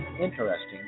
interesting